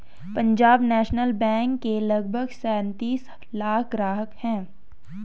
Punjab National Bank के लगभग सैंतीस लाख ग्राहक हैं